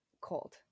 cold